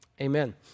amen